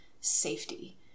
safety